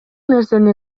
нерсени